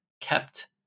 kept